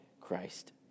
Christ